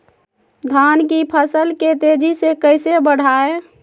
धान की फसल के तेजी से कैसे बढ़ाएं?